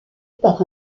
par